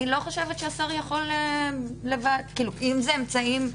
אני לא חושב שהשר אם זה אמצעים,